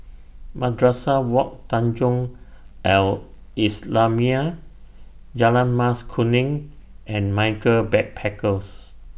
Madrasah Wak Tanjong Al Islamiah Jalan Mas Kuning and Michaels Backpackers